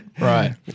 Right